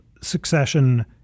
succession